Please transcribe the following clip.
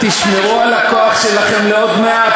תשמרו על הכוח שלכם לעוד מעט,